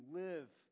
live